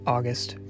August